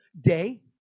day